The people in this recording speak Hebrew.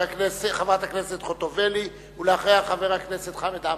חברת הכנסת חוטובלי, ואחריה, חבר הכנסת חמד עמאר.